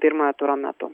pirmojo turo metu